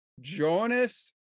Jonas